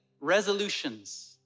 resolutions